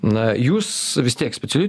na jūs vis tiek specialių